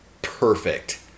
Perfect